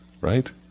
right